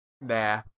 Nah